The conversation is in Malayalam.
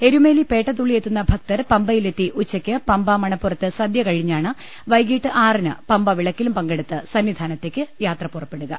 എരുമേലി പേട്ട തുള്ളിയെത്തുന്ന ഭക്തർ പമ്പയിലെത്തി ഉച്ചയ്ക്ക് പമ്പ മണപ്പുറത്ത് സദ്യ കഴിഞ്ഞാണ് വൈകീട്ട് ആറിന് പമ്പ വിളക്കിലും പങ്കെടുത്ത് സന്നിധാനത്തേക്ക് യാത്ര പുറപ്പെടുക